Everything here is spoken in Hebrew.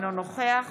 תודה.